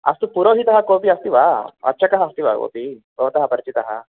अस्तु पुरोहितः कोऽपि अस्ति वा अर्चकः अस्ति वा कोऽपि भवतः परिचितः